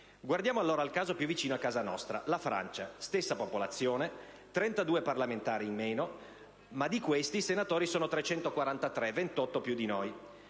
Guardiamo allora al caso più vicino a casa nostra: la Francia. Stessa popolazione, 32 parlamentari in meno, ma tra questi i senatori sono 343, 28 più di noi.